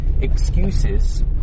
excuses